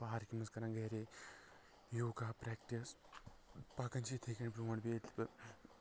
پارکہِ منٛز کران گری یوگا پریکٹِس پکان چھِ یِتھٕے کٔنۍ برٛونٛٹھ برٛونٛٹھ بیٚیہِ تہِ